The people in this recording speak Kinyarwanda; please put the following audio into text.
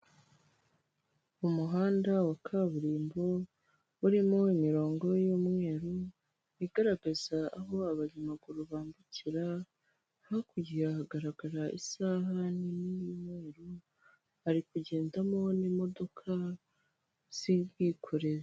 Umuhanda wa kaburimbo urimo imirongo y'umweru igaragaza aho abanyamaguru bambukira, hakurya hagaragara isaha nini y'umweru ari kugendamo n'imodoka z'ubwikorezi.